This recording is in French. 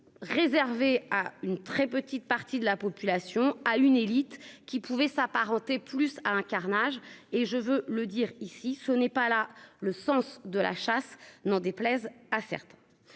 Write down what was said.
Réservée à une très petite partie de la population à une élite qui pouvait s'apparenter plus à un carnage. Et je veux le dire ici, ce n'est pas là le sens de la chasse. N'en déplaise à certains.